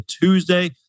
Tuesday